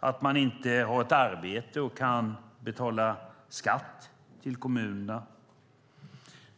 att man inte har ett arbete och kan betala skatt till kommunerna.